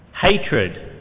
Hatred